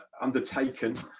undertaken